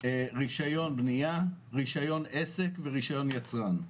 רישיון בנייה, רישיון עסק ורישיון יצרן.